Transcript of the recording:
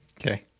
Okay